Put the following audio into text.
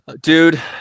dude